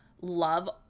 love